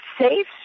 safe